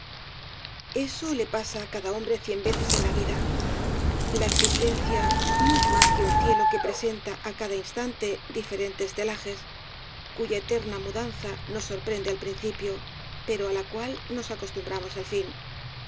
eso le pasa á cada hombre cien veces en la vida la existencia no es más que un cielo que presenta á cada instante diferentes celajes cuya eterna mudanza nos sorprende al principio pero á la cual nos acostumbramos al fin